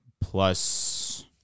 Plus